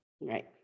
Right